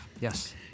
Yes